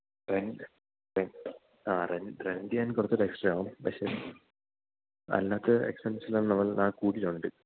rent rent ആ rent ഞാൻ കുറച്ചുകൂടെ എക്സ്ട്രാ ആകും പക്ഷേ അല്ലാത്ത എക്സ്പെൻസെല്ലാം നമ്മൾ ഞാന് കൂട്ടിയിട്ടുണ്ട്